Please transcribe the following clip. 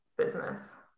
business